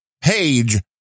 page